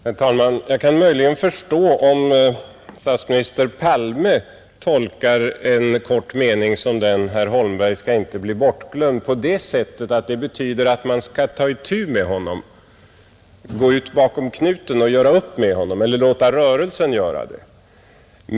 Herr talman! Jag kan möjligen förstå att statsminister Palme tolkar en kort mening som ”herr Holmberg skall inte bli bortglömd” på det sättet att man skall ta itu med honom, gå ut bakom knuten och göra upp med honom eller låta rörelsen göra det.